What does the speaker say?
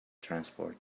transport